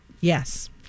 Yes